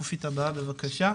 שקופית הבאה בבקשה,